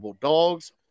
dogs